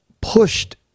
pushed